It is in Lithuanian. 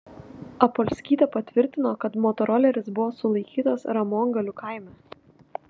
apolskytė patvirtino kad motoroleris buvo sulaikytas ramongalių kaime